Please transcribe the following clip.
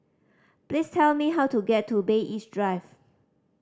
please tell me how to get to Bay East Drive